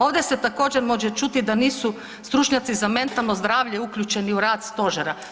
Ovdje se također može čuti da nisu stručnjaci za mentalno zdravlje uključeni u rad Stožera.